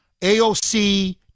AOC